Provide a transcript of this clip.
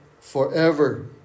forever